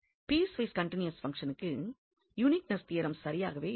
piecewise continuous பங்ஷனுக்கு uniqueness theorem சரியாவே இருக்கும்